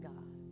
God